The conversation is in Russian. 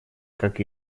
как